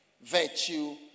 virtue